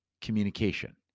communication